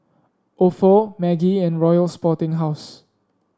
Ofo Maggi and Royal Sporting House